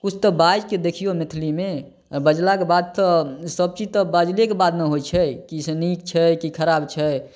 किछु तऽ बाजिके देखियौ मैथिलीमे आओर बजलाके बाद तऽ सब चीज तऽ बजलेके बाद ने होइ छै कि नीक छै की खराब छै